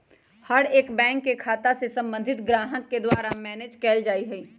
हर एक बैंक के खाता के सम्बन्धित ग्राहक के द्वारा मैनेज कइल जा हई